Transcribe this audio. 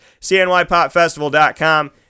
CNYpopFestival.com